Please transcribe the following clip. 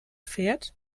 fährt